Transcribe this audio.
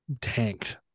tanked